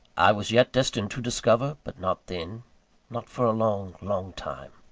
i was yet destined to discover but not then not for a long, long time.